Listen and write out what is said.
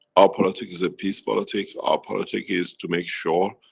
our politic is a peace politic. our politic is to make sure,